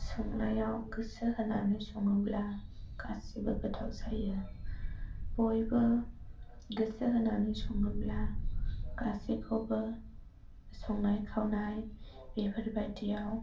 संनायाव गोसो होनानै सङोब्ला गासैबो गोथाव जायो बयबो गोसो होनानै सङोब्ला गासैखौबो संनाय खावनाय बेफोरबायदियाव